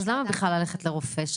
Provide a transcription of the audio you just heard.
למה בכלל ללכת לרופא,